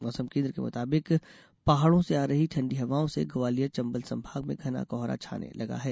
मौसम केन्द्र के मुताबिक पहाड़ो से आ रही ठंडी हवाओं से ग्वालियर चंबल संभाग में घना कोहरा छाने लगा है